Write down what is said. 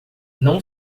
não